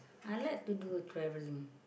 I like to do travelling